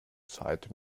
zeit